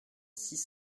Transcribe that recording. six